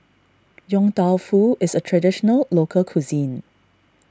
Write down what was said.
Yong Tau Foo is a Traditional Local Cuisine